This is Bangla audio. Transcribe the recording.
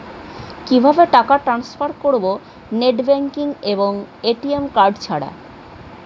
কিভাবে টাকা টান্সফার করব নেট ব্যাংকিং এবং এ.টি.এম কার্ড ছাড়া?